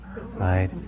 Right